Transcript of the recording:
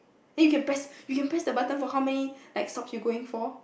then you can press you can press the button for how many like stops you're going for